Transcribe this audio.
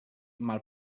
mal